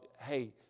hey